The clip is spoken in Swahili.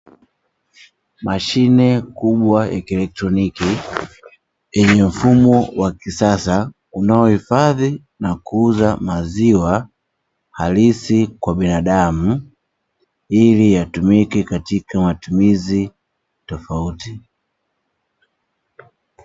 Mashine kubwa ya kielectroniki yenye mfumo wa kisasa, unaohifadhi na kuuza maziwa halisi kwa binadamu, ili yatumike katika matumizi tofauti.